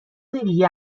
دیگه